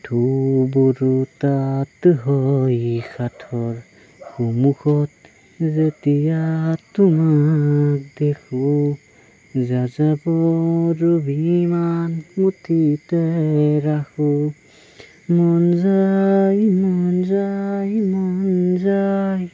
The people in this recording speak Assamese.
ধুবৰু তাত হৈ সাঁথৰ সন্মুখত যেতিয়া তোমাক দেখোঁ যাযাবৰ অভিমান মুঠিতে ৰাখোঁ মন যায় মন যায় মন যায়